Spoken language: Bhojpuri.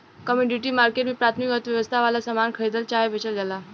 कमोडिटी मार्केट में प्राथमिक अर्थव्यवस्था वाला सामान खरीदल चाहे बेचल जाला